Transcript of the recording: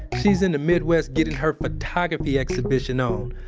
she's in the midwest getting her photography exhibition on.